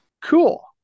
Cool